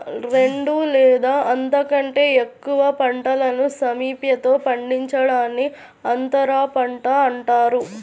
రెండు లేదా అంతకంటే ఎక్కువ పంటలను సామీప్యతలో పండించడాన్ని అంతరపంట అంటారు